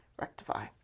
rectify